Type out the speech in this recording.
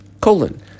colon